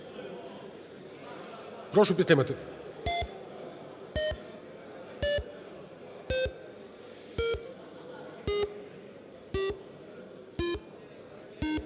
Прошу підтримати.